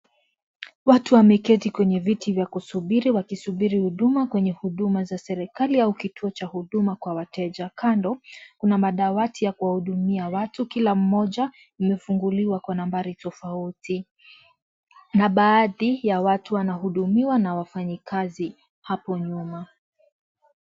Watu wameketi kwenye viti vya kusubiri, wakisuburi huduma kwenye huduma za serikali au kituo cha huduma kwa wateja. Kando kuna madawati ya kuwahudumia watu, kila mmoja anahudumiwa kwa nambari tofauti. Na baadhi ya watu wanaohudumia na wafanyakazi hapo nyuma.